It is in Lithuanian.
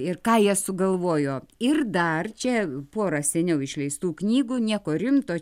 ir ką jie sugalvojo ir dar čia porą seniau išleistų knygų nieko rimto